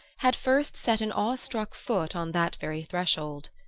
had first set an awestruck foot on that very threshold.